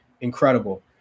Incredible